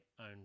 own